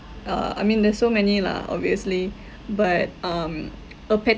uh I mean there's so many lah obviously but um a